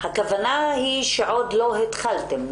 הכוונה היא שעוד לא התחלתם?